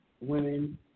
women